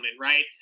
right